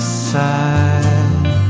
side